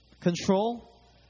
Control